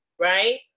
right